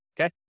Okay